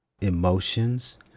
emotions